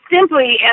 simply